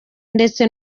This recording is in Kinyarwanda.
ndetse